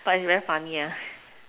but it's very funny ah